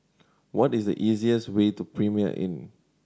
what is the easiest way to Premier Inn